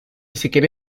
siquiera